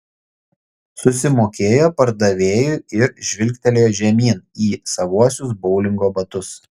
susimokėjo pardavėjui ir žvilgtelėjo žemyn į savuosius boulingo batus